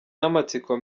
n’amatsiko